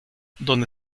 donde